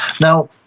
Now